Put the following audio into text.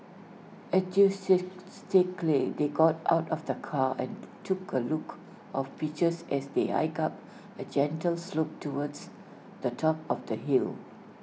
enthusiastically they got out of the car and took A look of pictures as they hiked up A gentle slope towards the top of the hill